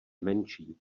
menší